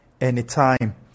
anytime